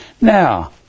Now